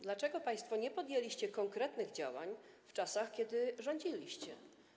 Dlaczego państwo nie podjęliście konkretnych działań w czasach, kiedy rządziliście?